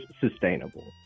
sustainable